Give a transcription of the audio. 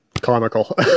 comical